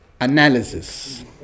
analysis